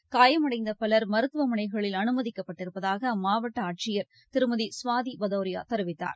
நூற்றுக்கும் காயமடைந்தபலர் மருத்துவமனைகளில் அனுமதிக்கப்பட்டிருப்பதாகஅம்மாவட்டஆட்சியர் திருமதிசுவாதிபதோரியாதெரிவித்தார்